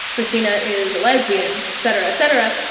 kristina is lesbian, etc, etc